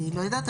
אני לא יודעת,